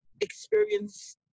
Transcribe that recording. experience